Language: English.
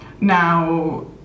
now